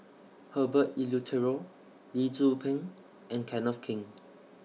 Herbert Eleuterio Lee Tzu Pheng and Kenneth Keng